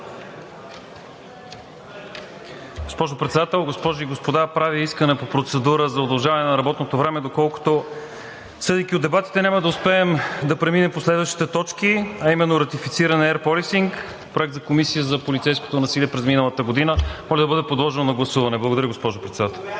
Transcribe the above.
Благодаря, госпожо Председател.